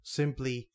simply